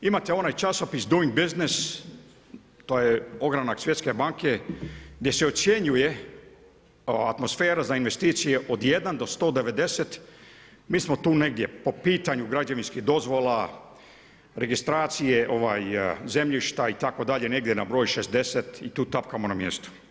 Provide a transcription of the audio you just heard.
Imate onaj časopis Doing business to je ogranak Svjetske banke gdje se ocjenjuje atmosfera za investicije od 1 do 190, mi smo tu negdje po pitanju građevinskih dozvola, registracije zemljišta itd. negdje na broj 60 i tu tapkamo na mjestu.